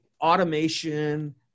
automation